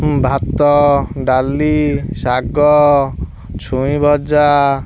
ଭାତ ଡ଼ାଲି ଶାଗ ଛୁଇଁ ଭଜା